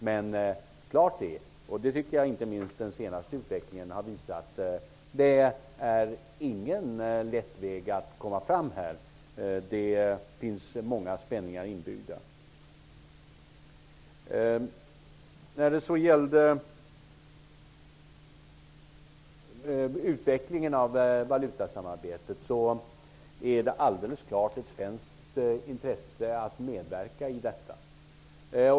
Men klart är -- det har inte minst den senaste utvecklingen visat -- att det inte är någon lätt väg att komma fram på. Det finns många spänningar inbyggda. När det gäller utvecklingen av valutasamarbetet är det alldeles klart ett svenskt intresse att medverka i detta.